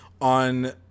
on